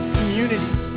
communities